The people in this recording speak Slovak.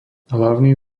hlavný